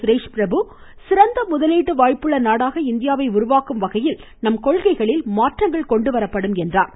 சுரெஷ் பிரபு சிறந்த முதலீட்டு வாய்ப்புள்ள நாடாக இந்தியாவை உருவாக்கும் வகையில் நம் கொள்கைகளில் மாற்றம் கொண்டுவரப்படும் என்றார்